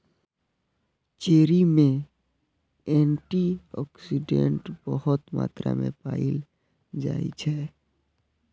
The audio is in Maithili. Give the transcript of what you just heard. चेरी मे एंटी आक्सिडेंट बहुत मात्रा मे पाएल जाइ छै